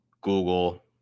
Google